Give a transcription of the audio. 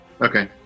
okay